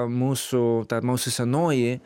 mūsų ta mūsų senoji